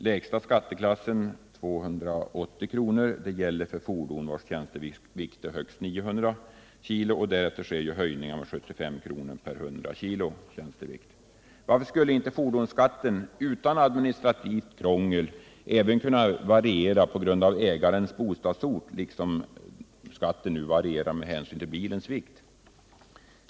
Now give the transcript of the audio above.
Lägsta skatteklassen, 280 kr., gäller för fordon vars tjänstevikt är högst 900 kg, och därefter sker höjningar med 75 kr. per 100 kg. tjänstevikt. Varför skulle inte fordonsskatten utan administrativt krångel även kunna variera på grund av ägarens bostadsort, liksom skatten nu varierar med hänsyn till bilens vikt?